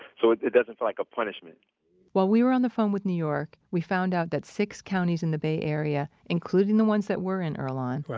so it it doesn't feel like a punishment while we were on the phone with new york, we found out that six counties in the bay area including the ones that were in earlonne,